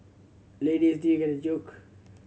ladies did you get the joke